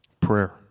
Prayer